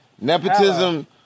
Nepotism